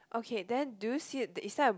okay then do you see is there a